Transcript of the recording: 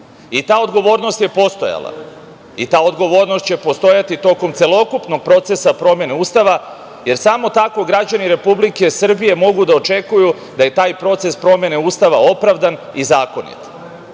ta odgovornost je postojala i ta odgovornost će postojati tokom celokupnog procesa promene Ustava, jer samo tako građani Republike Srbije mogu da očekuju da je taj proces promene Ustava opravdan i zakonit.